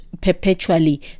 perpetually